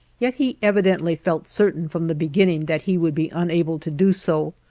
yet he evidently felt certain from the beginning that he would be unable to do so,